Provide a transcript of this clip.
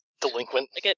delinquent